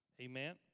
Amen